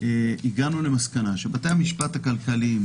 הגענו למסקנה שבתי המשפט הכלכליים,